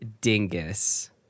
Dingus